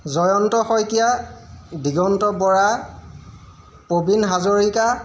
Jayanta Saikia Diganta Bora Prabin Hazarika